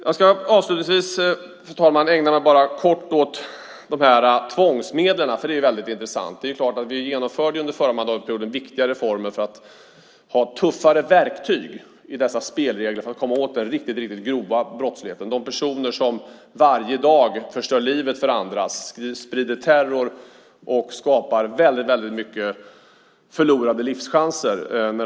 Jag ska avslutningsvis, fru talman, bara kort ägna mig åt de här tvångsmedlen, för det är väldigt intressant. Vi genomförde under förra mandatperioden viktiga reformer för att ha tuffare verktyg i dessa spelregler, för att komma åt den riktigt grova brottsligheten, de personer som varje dag förstör livet för andra, sprider terror och skapar väldigt mycket förlorade livschanser.